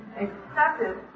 accepted